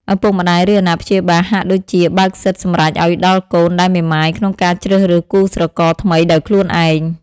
ឪពុកម្ដាយ ឬអាណាព្យាបាលហាក់ដូចជាបើកសិទ្ធិសម្រេចឲ្យដល់កូនដែលមេម៉ាយក្នុងការជ្រើសរើសគូស្រករថ្មីដោយខ្លួនឯង ។